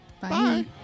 Bye